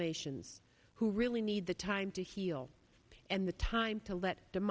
nations who really need the time to heal and the time to let them